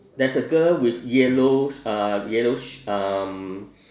there's a girl with yellow uh yellow sh~ um